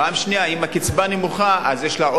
ופעם שנייה, אם הקצבה נמוכה, אז יש להם